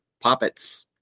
puppets